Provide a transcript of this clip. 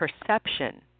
perception